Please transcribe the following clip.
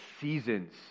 seasons